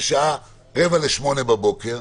בשעה 07:45 בבוקר,